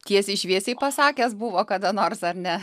tiesiai šviesiai pasakęs buvo kada nors ar ne